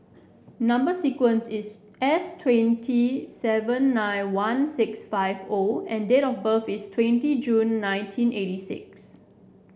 number sequence is S twenty seven nine one six five O and date of birth is twenty June nineteen eighty six